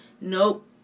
Nope